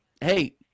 hey